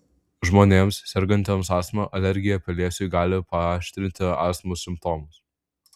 žmonėms sergantiems astma alergija pelėsiui gali paaštrinti astmos simptomus